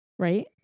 Right